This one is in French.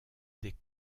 des